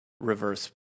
reverse